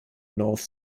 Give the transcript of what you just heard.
north